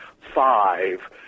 five